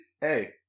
Hey